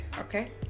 Okay